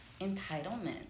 entitlement